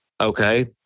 okay